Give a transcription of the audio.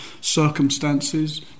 circumstances